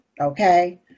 Okay